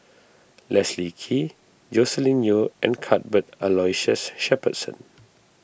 Leslie Kee Joscelin Yeo and Cuthbert Aloysius Shepherdson